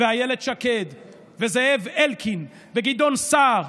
ואילת שקד וזאב אלקין וגדעון סער,